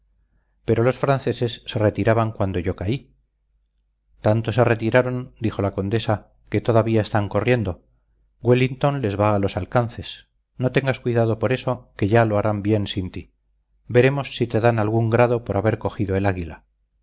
pero los franceses se retiraban cuando yo caí tanto se retiraron dijo la condesa que todavía están corriendo wellington les va a los alcances no tengas cuidado por eso que ya lo harán bien sin ti veremos si te dan algún grado por haber cogido el águila